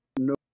no